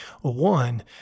One